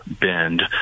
bend